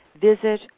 visit